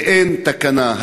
אין תקנה.